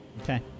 Okay